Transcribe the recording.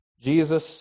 Jesus